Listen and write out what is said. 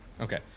Okay